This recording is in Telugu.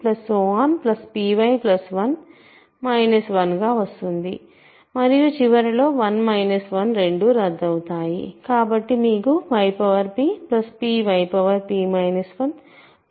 py1 1గా వస్తుంది మరియు చివరిలో 1 1 రెండు రద్దు అవుతాయి